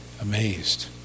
amazed